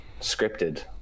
scripted